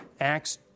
Acts